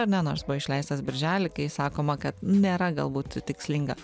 ar ne nors buvo išleistas birželį kai sakoma kad nėra galbūt tikslinga